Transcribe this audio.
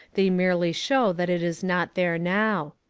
they merely show that it is not there now.